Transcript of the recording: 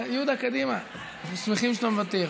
יהודה, קדימה, אנחנו שמחים שאתה מוותר.